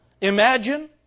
Imagine